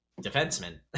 defenseman